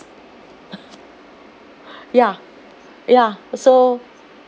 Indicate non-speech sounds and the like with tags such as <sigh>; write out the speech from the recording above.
<laughs> ya ya so